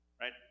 right